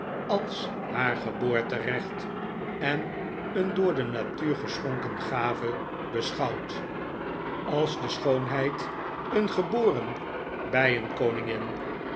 als haar geboorterecht en een door de natuur geschonken gave beschouwd als de schoonheid een geboren bijenkoningin en